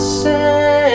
say